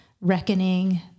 reckoning